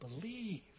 Believe